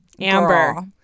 Amber